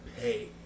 pay